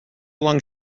long